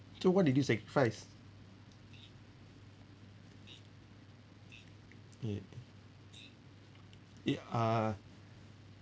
so what did you sacrifice it it uh